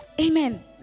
Amen